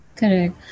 Correct